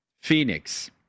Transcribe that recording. Phoenix